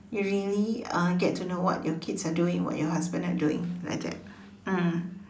you really uh get to know what your kids are doing what your husband are doing like that mm